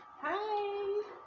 Hi